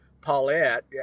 Paulette